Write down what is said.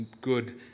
good